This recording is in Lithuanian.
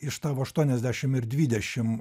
iš tavo aštuoniasdešim ir dvidešim